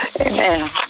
Amen